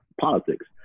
politics